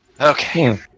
Okay